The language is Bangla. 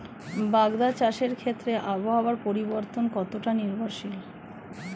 বাগদা চাষের ক্ষেত্রে আবহাওয়ার পরিবর্তন কতটা নির্ভরশীল?